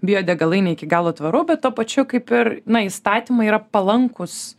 biodegalai ne iki galo tvaru bet tuo pačiu kaip ir na įstatymai yra palankūs